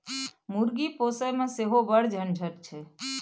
मुर्गी पोसयमे सेहो बड़ झंझट छै